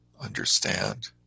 understand